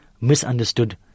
misunderstood